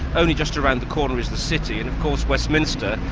only just around the corner is the city, and of course westminster,